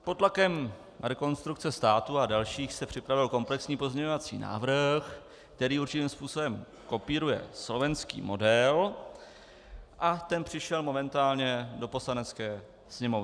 Pod tlakem Rekonstrukce státu a dalších se připravil komplexní pozměňovací návrh, který určitým způsobem kopíruje slovenský model, a ten přišel momentálně do Poslanecké sněmovny.